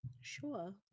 Sure